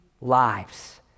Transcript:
lives